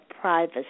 privacy